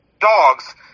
dogs